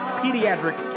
pediatric